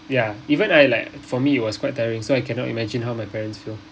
ya even I like for me it was quite tiring so I cannot imagine how my parents feel